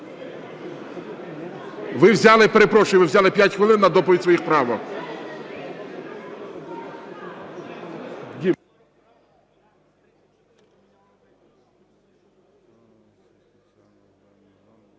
Іванівни. Перепрошую, ви взяли 5 хвилин на доповідь своїх правок.